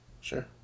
sure